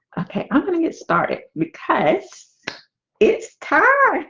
okay, i'm gonna get started because it's time.